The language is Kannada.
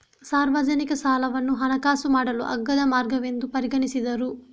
ಸಾರ್ವಜನಿಕ ಸಾಲವನ್ನು ಹಣಕಾಸು ಮಾಡಲು ಅಗ್ಗದ ಮಾರ್ಗವೆಂದು ಪರಿಗಣಿಸಿದರು